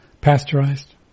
pasteurized